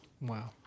wow